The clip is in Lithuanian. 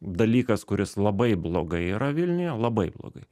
dalykas kuris labai blogai yra vilniuje labai